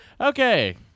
Okay